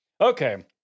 Okay